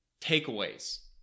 takeaways